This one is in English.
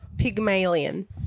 Pygmalion